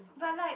but like